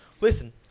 listen